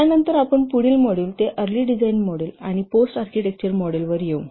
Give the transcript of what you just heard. त्यानंतर आपण पुढील मॉडेल अर्ली डिझाइन मॉडेल आणि पोस्ट आर्किटेक्चर मॉडेल वर येऊ